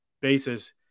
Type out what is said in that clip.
basis